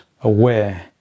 aware